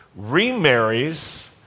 remarries